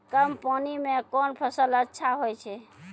कम पानी म कोन फसल अच्छाहोय छै?